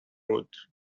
root